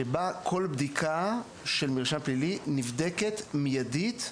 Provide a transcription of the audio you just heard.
שבה כל בדיקה של מרשם פלילי נבדקת מיידית,